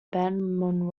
ben